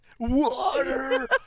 Water